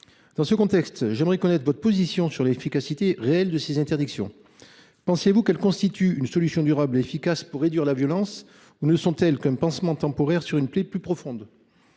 la ministre, j’aimerais connaître votre position sur l’efficacité réelle de ces interdictions. Pensez vous qu’elles constituent une solution durable et efficace pour réduire la violence, ou ne sont elles qu’un pansement temporaire sur une plaie plus profonde ?